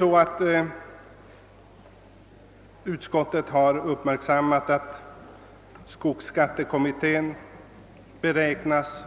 Nu har utskottsmajoriteten uppmärksammat att skogsskattekommittén beräknas